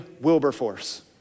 Wilberforce